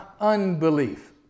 unbelief